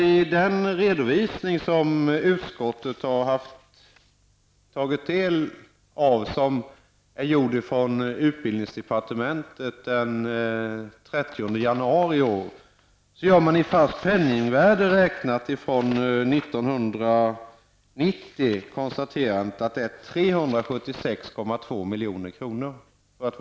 I den redovisning som utskottet har tagit del av och som är gjord av utbildningsdepartementet den 30 socialdemokraterna i kulturutskottet gjort sitt.